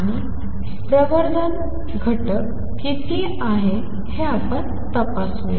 आणि प्रवर्धन घटक किती आहे हे आपण तपासूया